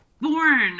born